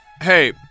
Hey